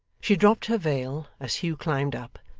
she dropped her veil as hugh climbed up,